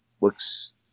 looks